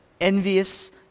envious